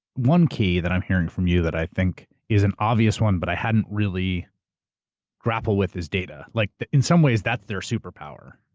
one key that i'm hearing from you that i think is an obvious one, but i hadn't really grappled with is data. like in some ways, that's their superpower.